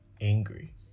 angry